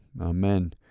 Amen